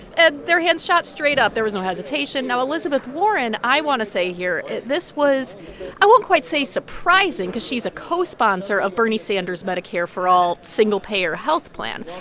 and their hands shot straight up. there was no hesitation. now, elizabeth warren, i want to say here, this was i won't quite say surprising because she's a co-sponsor of bernie sanders' medicare for all single-payer health plan.